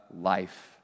life